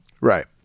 Right